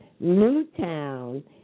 Newtown